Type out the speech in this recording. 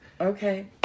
Okay